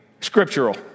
scriptural